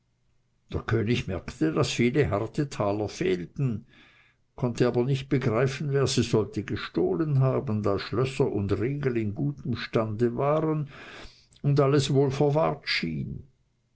der könig merkte daß viele harte taler fehlten konnte aber nicht begreifen wer sie sollte gestohlen haben da schlösser und riegel in gutem zustand waren und alles wohl verwahrt schien